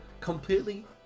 completely